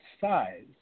size